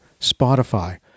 Spotify